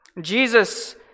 Jesus